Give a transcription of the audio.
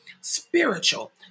spiritual